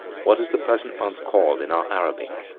what is the present month called in our arabic?